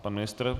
Pan ministr?